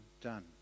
done